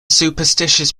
superstitious